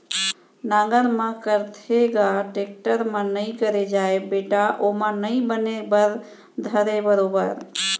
नांगर म करथे ग, टेक्टर म नइ करे जाय बेटा ओमा नइ बने बर धरय बरोबर